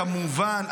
כמובן,